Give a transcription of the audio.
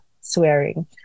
swearing